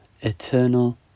eternal